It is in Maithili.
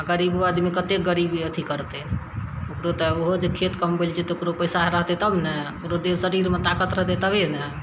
आओर गरीबो आदमी कते गरीबे अथी करतय ओकरो तऽ ओहो जब खेत कमबैले जेतय ओकरो पैसा रहतय तब ने ओकरो देह शरीरमे ताकत रहतय तभिये ने